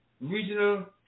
Regional